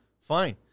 fine